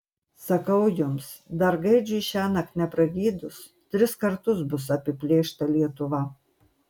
sakau jums dar gaidžiui šiąnakt nepragydus tris kartus bus apiplėšta lietuva